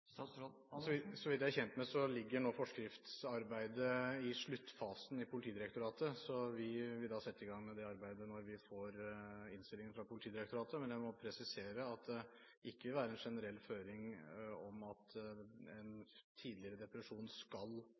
Så vidt jeg er kjent med, er forskriftsarbeidet i sluttfasen i Politidirektoratet. Vi vil sette i gang med det arbeidet når vi får innstillingen fra Politidirektoratet. Jeg må presisere at det ikke vil være noen generell føring om at en tidligere depresjon skal